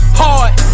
hard